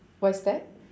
what is that